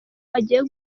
agiye